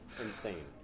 Insane